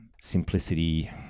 simplicity